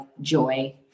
joy